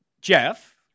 Jeff